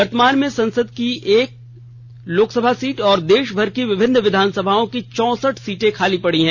वर्तमान में संसद की एक लोकसभा सीट और देशभर की विभिन्न विधानसभाओं की चौंसठ सीटें खाली पड़ी हैं